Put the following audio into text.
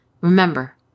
Remember